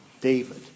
David